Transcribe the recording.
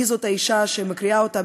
מי זאת האישה שמקריאה אותן,